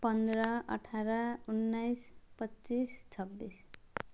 पन्ध्र अठार उन्नाइस पच्चिस छब्बिस